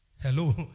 Hello